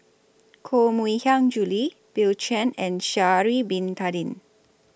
Koh Mui Hiang Julie Bill Chen and Sha'Ari Bin Tadin